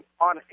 on